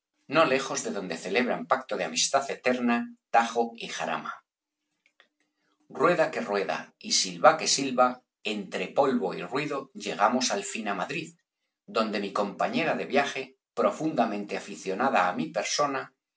no lejos de donde celebran pacto de amistad eterna tajo y jarama rueda que rueda y silba que silba entre polvo y ruido llegamos al fin á madrid donde mi compañera de viaje profundamente aficionada á mi persona